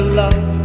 love